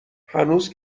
هنوز